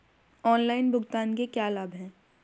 Online भुगतान के क्या लाभ हैं?